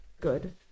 good